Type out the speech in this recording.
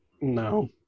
No